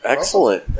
Excellent